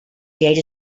date